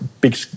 big